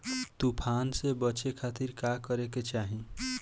तूफान से बचे खातिर का करे के चाहीं?